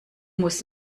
muss